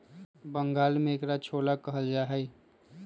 बंगाल में एकरा छोला कहल जाहई